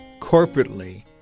corporately